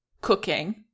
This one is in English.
cooking